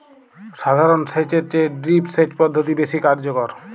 সাধারণ সেচ এর চেয়ে ড্রিপ সেচ পদ্ধতি বেশি কার্যকর